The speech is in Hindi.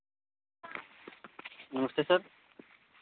नमस्ते सर